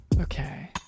Okay